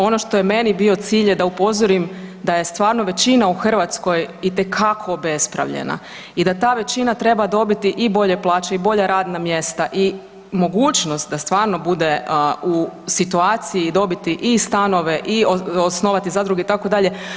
Ono što je meni bio cilj je da upozorim da je stvarno većina u Hrvatskoj itekako obespravljena i da ta većina treba dobiti i bolje plaće i bolja radna mjesta i mogućnost da stvarno bude u situaciji dobiti i stanove i osnovati zadruge itd.